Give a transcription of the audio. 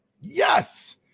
Yes